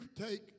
take